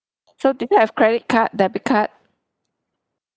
so do you have credit card debit card